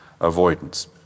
avoidance